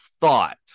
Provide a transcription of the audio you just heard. thought